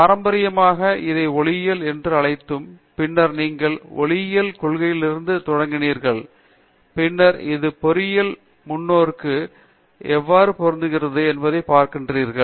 பேராசிரியர் தீபா வெங்கடேஷ் பாரம்பரியமாக அதை ஒளியியல் என்று அழைத்ததும் பின்னர் நீங்கள் ஒளியியல் கொள்கைகளிலிருந்து தொடங்கினீர்கள் பின்னர் அது ஒரு பொறியியல் முன்னோக்குக்கு எவ்வாறு பொருந்துகிறது என்பதைப் பார்க்கிறீர்கள்